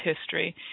history